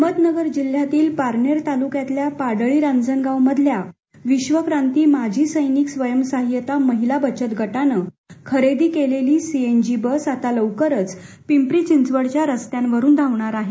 अहमदनगर जिल्ह्यातील पारनेर तालुक्यातल्या पाडळी राजणगाव मधल्या विश्वक्रांती माजी सैनिक स्वयंसहाय्यता महीला बचत गटानं खरेदी केलेली सीएनजी बस आता लवकरच पिंपरी चिंचवडच्या रस्त्यांवरुन धावणार आहे